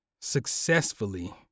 successfully